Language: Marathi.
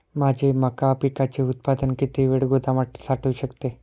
माझे मका पिकाचे उत्पादन किती वेळ गोदामात साठवू शकतो?